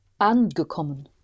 angekommen